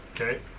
Okay